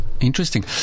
Interesting